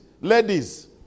ladies